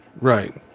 Right